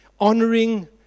honoring